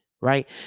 Right